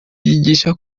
yigisha